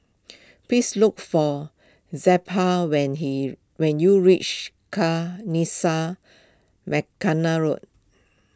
please look for Zelpha when he when you reach Kanisha Road